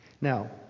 Now